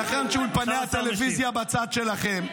נכון שהאולפנים בצד שלכם.